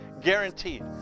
guaranteed